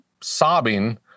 sobbing